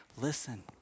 listen